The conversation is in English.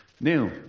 new